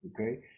Okay